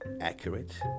accurate